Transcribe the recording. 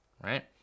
right